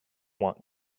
want